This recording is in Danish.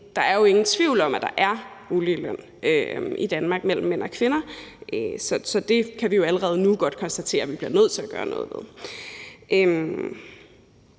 der er jo ingen tvivl om, at der er uligeløn i Danmark mellem mænd og kvinder. Så det kan vi jo allerede nu godt konstatere at vi bliver nødt til at gøre noget ved.